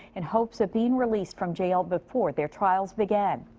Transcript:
in hopes of being released from jail before their trials begin.